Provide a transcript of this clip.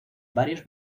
varios